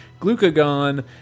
glucagon